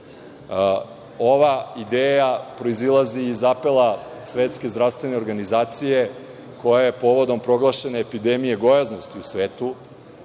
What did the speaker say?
Ova ideja proizilazi iz apela Svetske zdravstvene organizacije, koja je povodom proglašene epidemije gojaznosti u svetu,